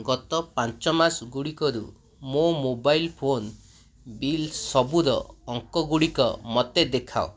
ଗତ ପାଞ୍ଚ ମାସ ଗୁଡ଼ିକରୁ ମୋ ମୋବାଇଲ୍ ଫୋନ୍ ବିଲ୍ ସବୁର ଅଙ୍କଗୁଡ଼ିକ ମୋତେ ଦେଖାଅ